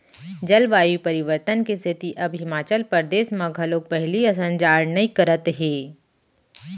जलवायु परिवर्तन के सेती अब हिमाचल परदेस म घलोक पहिली असन जाड़ नइ करत हे